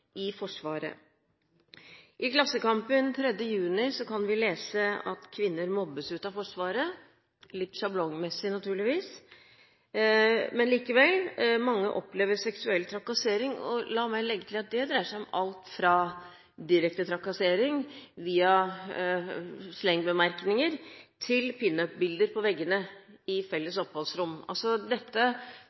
i Forsvaret. I Klassekampen den 3. juni kan vi lese at kvinner mobbes ut av Forsvaret – litt sjablongmessig, naturligvis, men likevel. Mange opplever seksuell trakassering. La meg legge til at det dreier seg om alt fra direkte trakassering via slengbemerkninger til pinup-bilder på veggene i felles oppholdsrom, dette